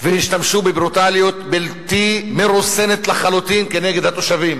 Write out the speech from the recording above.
והשתמשו בברוטליות בלתי מרוסנת לחלוטין כנגד התושבים.